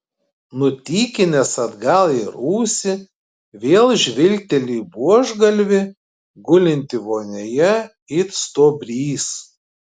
nutykinęs atgal į rūsį vėl žvilgteli į buožgalvį gulintį vonioje it stuobrys